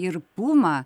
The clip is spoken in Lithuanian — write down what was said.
ir puma